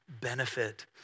benefit